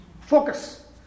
focus